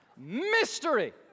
mystery